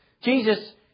Jesus